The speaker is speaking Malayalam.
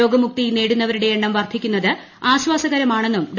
രോഗമുക്തി നേടുന്നവരുടെ എണ്ണം വർദ്ധിക്കുന്ന്തും ആശ്വാസകരമാണെന്നും ഡോ